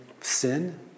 sin